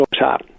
top